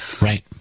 Right